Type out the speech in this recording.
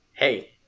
hey